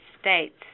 States